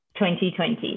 2020